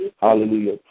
Hallelujah